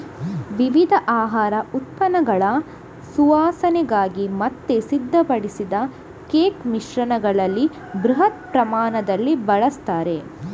ವಿವಿಧ ಆಹಾರ ಉತ್ಪನ್ನಗಳ ಸುವಾಸನೆಗಾಗಿ ಮತ್ತೆ ಸಿದ್ಧಪಡಿಸಿದ ಕೇಕ್ ಮಿಶ್ರಣಗಳಲ್ಲಿ ಬೃಹತ್ ಪ್ರಮಾಣದಲ್ಲಿ ಬಳಸ್ತಾರೆ